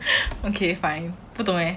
okay fine 不懂 eh